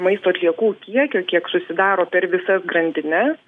maisto atliekų kiekio kiek susidaro per visas grandines